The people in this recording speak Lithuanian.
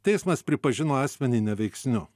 teismas pripažino asmenį neveiksniu